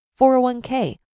401k